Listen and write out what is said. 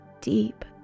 deep